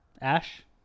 ash